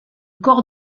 corps